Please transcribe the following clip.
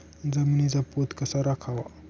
जमिनीचा पोत कसा राखावा?